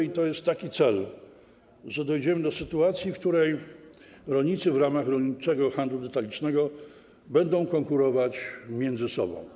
I to jest taki cel, że dojdziemy do sytuacji, w której rolnicy w ramach rolniczego handlu detalicznego będą konkurować między sobą.